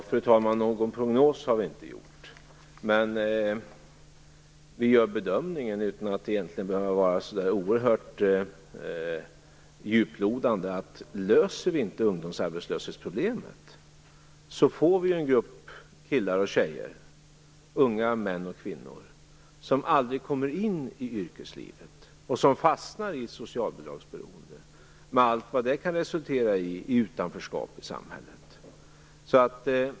Fru talman! Någon prognos har vi inte gjort. Men utan att behöva vara så oerhört djuplodande gör vi bedömningen att om vi inte löser problemet med ungdomsarbetslösheten, så får vi en grupp killar och tjejer, unga män och kvinnor, som aldrig kommer in i yrkeslivet och som fastnar i socialbidragsberoende, med allt vad det kan resultera i med utanförskap i samhället.